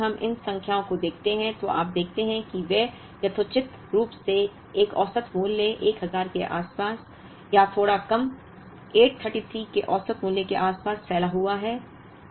जबकि यदि हम इन संख्याओं को देखते हैं तो आप देखते हैं कि वे हैं यथोचित रूप से के औसत मूल्य 1000 के आसपास या थोड़ा कम 833 के औसत मूल्य के आसपास फैला हुआ है